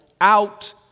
out